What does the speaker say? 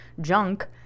junk